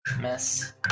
Miss